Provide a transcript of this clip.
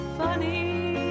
funny